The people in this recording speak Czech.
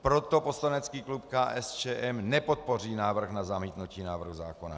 Proto poslanecký klub KSČM nepodpoří návrh na zamítnutí návrhu zákona.